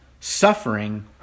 suffering